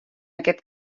aquest